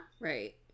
Right